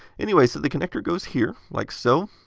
anyway, so the connector goes here. like so.